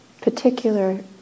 particular